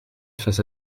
face